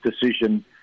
decision